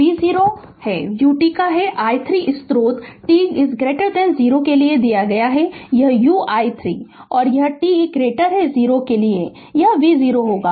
Refer Slide Time 3202 तो यह v0 है ut का है i 3 स्रोत t 0 के लिए दिया गया है यह u i 3 है और t 0 के लिए यह v0 होगा